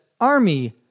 Army